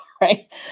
Right